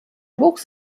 wuchs